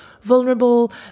vulnerable